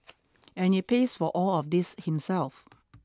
and he pays for all of this himself